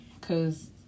Cause